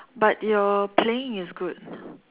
but your playing is good